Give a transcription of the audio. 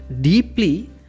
deeply